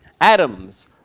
atoms